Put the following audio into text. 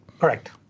Correct